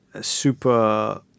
super